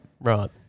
Right